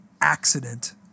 accident